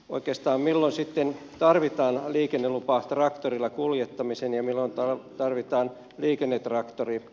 oikeastaan milloin sitten tarvitaan liikennelupa traktorilla kuljettamiseen ja milloin tarvitaan liikennetraktori